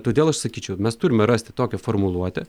todėl aš sakyčiau mes turime rasti tokią formuluotę